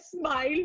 smile